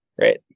right